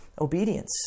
obedience